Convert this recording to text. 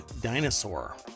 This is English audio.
Dinosaur